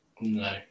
No